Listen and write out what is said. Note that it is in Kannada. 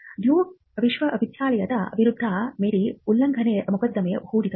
ಡ್ಯೂಕ್ ವಿಶ್ವವಿದ್ಯಾಲಯದ ವಿರುದ್ಧ ಮೇಡಿ ಉಲ್ಲಂಘನೆ ಮೊಕದ್ದಮೆ ಹೂಡಿದರು